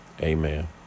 Amen